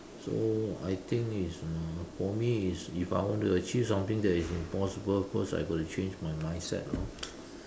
so I think it's uh for me is if I want to achieve something that is impossible first I got to change my mindset lor